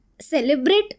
celebrate